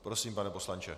Prosím, pane poslanče.